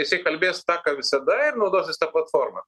jisai kalbės tą ką visada ir naudosis ta platforma